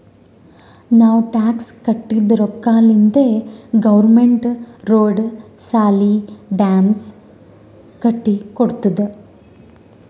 ನಾವ್ ಟ್ಯಾಕ್ಸ್ ಕಟ್ಟಿದ್ ರೊಕ್ಕಾಲಿಂತೆ ಗೌರ್ಮೆಂಟ್ ರೋಡ್, ಸಾಲಿ, ಡ್ಯಾಮ್ ಕಟ್ಟಿ ಕೊಡ್ತುದ್